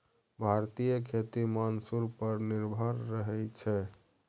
भारतीय खेती मानसून पर निर्भर रहइ छै